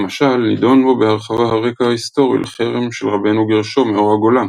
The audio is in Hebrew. למשל נדון בו בהרחבה הרקע ההיסטורי לחרם של רבנו גרשום מאור הגולה,